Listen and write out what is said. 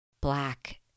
black